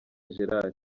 gerard